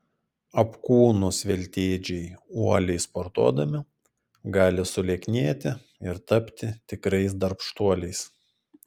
apkūnūs veltėdžiai uoliai sportuodami gali sulieknėti ir tapti tikrais darbštuoliais